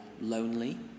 lonely